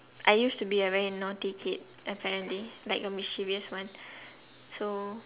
I used to be a very naughty kid apparently like a mischievous one so